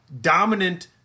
dominant